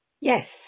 Yes